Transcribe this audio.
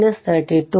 7 42